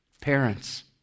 Parents